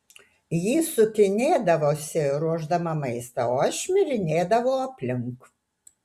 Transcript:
ji sukinėdavosi ruošdama maistą o aš šmirinėdavau aplink